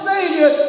Savior